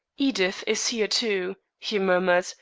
edith is here too, he murmured,